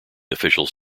officials